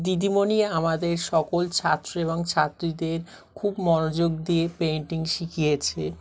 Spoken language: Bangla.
দিদিমণি আমাদের সকল ছাত্র এবং ছাত্রীদের খুব মনোযোগ দিয়ে পেন্টিং শিখিয়েছে